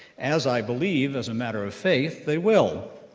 as i believe, as a matter of faith, they will.